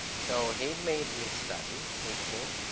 so he made me study with him,